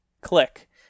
click